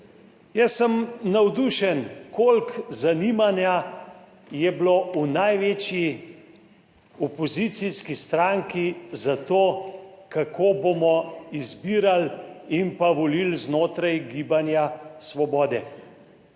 Jaz sem navdušen, koliko zanimanja je bilo v največji opozicijski stranki za to, kako bomo izbirali in pa volili znotraj Gibanja Svobode.